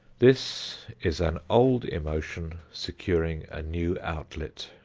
this is an old emotion securing a new outlet,